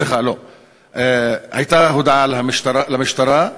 סליחה, הייתה הודעה למשטרה,